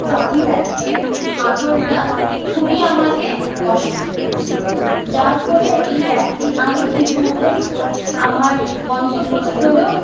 trolley ব্যাগটির হাতলটা খুবই আমাকে কষ্টে ফেলেছিল যার ফলে এই ব্যাগটি আমি ঠিক মতো আমার গন্তব্যস্থলেও